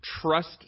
trust